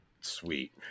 Sweet